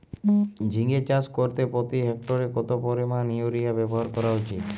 ঝিঙে চাষ করতে প্রতি হেক্টরে কত পরিমান ইউরিয়া ব্যবহার করা উচিৎ?